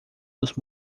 dos